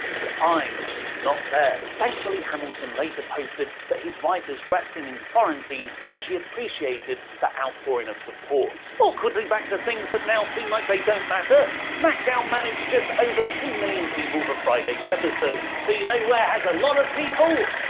and i'm not there. thankfully hamilton later posted that his wife is resting in quarantine and she appreciated the outpouring of support. awkwardly back to things that now seem like they don't matter, smackdown managed just over two million people for fridays' episode. so you know where has lots of people?